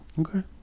okay